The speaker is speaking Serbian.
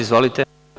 Izvolite.